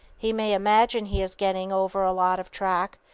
he may imagine he is getting over a lot of track,